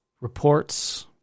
reports